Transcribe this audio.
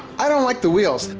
i don't like the wheels.